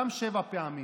גם שבע פעמים,